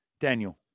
Daniel